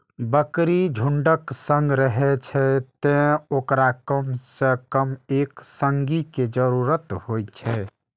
बकरी झुंडक संग रहै छै, तें ओकरा कम सं कम एक संगी के जरूरत होइ छै